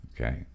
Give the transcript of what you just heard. Okay